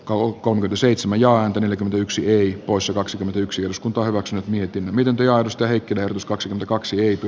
kaupungin seitsemän joan yli yksi usa kaksikymmentäyksi auskultoivaksi mietin miten työ josta heikkinen s kaksi kaksi riitti